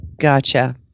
gotcha